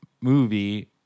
movie